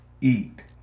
eat